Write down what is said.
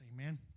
Amen